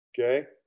okay